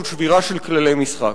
הוא שבירה של כללי משחק.